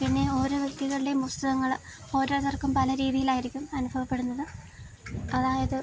പിന്നെ ഓരോ വ്യക്തികളുടെയും പുസ്തകങ്ങള് ഓരോരുത്തര്ക്കും പല രീതിയിലായിരിക്കും അനുഭവപ്പെടുന്നത് അതായത്